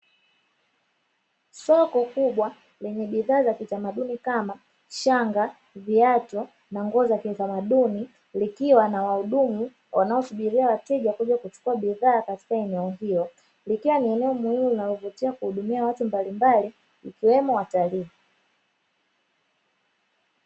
Soko kubwa, lenye bidhaa za kitamaduni kama shanga, viatu, na nguo za kiutamaduni, likiwa na wahudumu wanaosubiria wateja kuja kuchukua bidhaa katika eneo hilo, likiwa ni eneo muhimu linalovutia kuhudumia watu mbalimbali, ikiwemo watalii.